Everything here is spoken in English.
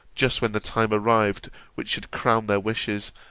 just when the time arrived which should crown their wishes,